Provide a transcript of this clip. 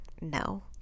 no